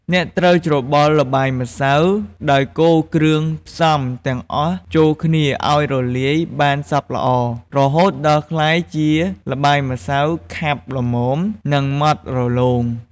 អ្នកត្រូវច្របល់ល្បាយម្សៅ ដោយកូរគ្រឿងផ្សំទាំងអស់ចូលគ្នាឱ្យរលាយបានសព្វល្អ រហូតដល់ក្លាយជាល្បាយម្សៅខាប់ល្មម និងម៉ដ្ឋរលោង។